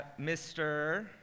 Mr